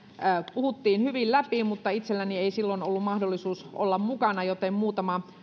puhuttiin hyvin läpi mutta itselläni ei silloin ollut mahdollisuutta olla mukana joten muutama